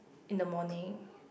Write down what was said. in the morning